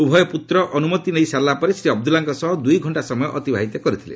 ଉଭୟ ପୁତ୍ର ଅନୁମତି ନେଇ ସାରିଲା ପରେ ଶ୍ରୀ ଅବଦୁଲ୍ଲାଙ୍କ ସହ ଦୁଇ ଘଣ୍ଟା ସମୟ ଅତିବାହିତ କରିଥିଲେ